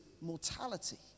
mortality